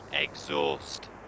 exhaust